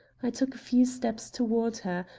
i took a few steps toward her,